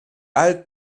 alt